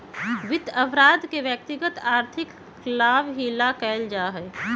वित्त अपराध के व्यक्तिगत आर्थिक लाभ ही ला कइल जा हई